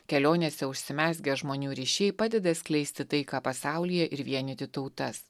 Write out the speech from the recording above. kelionėse užsimezgę žmonių ryšiai padeda skleisti taiką pasaulyje ir vienyti tautas